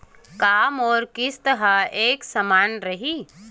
का मोर किस्त ह एक समान रही?